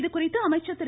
இதுகுறித்து அமைச்சர் திரு